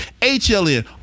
HLN